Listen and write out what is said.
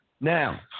Now